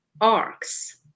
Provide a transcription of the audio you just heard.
arcs